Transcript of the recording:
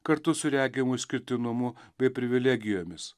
kartu su regimu išskirtinumu bei privilegijomis